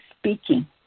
speaking